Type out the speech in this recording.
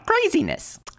Craziness